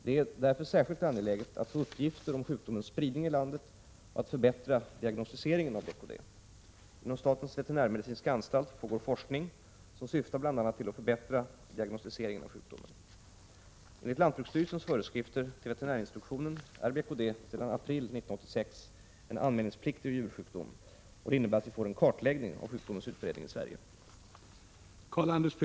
Det är därför särskilt angeläget att få uppgifter om sjukdomens spridning i landet och att förbättra diagnostiseringen av BKD. Inom statens veterinärmedicinska anstalt pågår forskning som syftar bl.a. till att förbättra diagnostiseringen av sjukdomen. Enligt lantbruksstyrelsens föreskrifter till veterinärinstruktionen är BKD sedan april 1986 en anmälningspliktig djursjukdom. Det innebär att vi får en kartläggning av sjukdomens utbredning i Sverige.